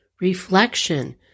Reflection